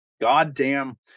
goddamn